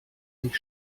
sich